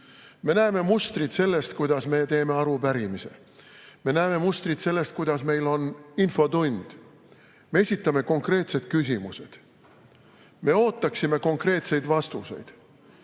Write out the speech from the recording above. Me näeme mustrit selles, kuidas [toimub] arupärimine. Me näeme mustrit selles, kuidas meil on infotund. Me esitame konkreetsed küsimused. Me ootame konkreetseid vastuseid.